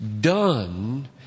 done